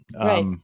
Right